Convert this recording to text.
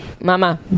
mama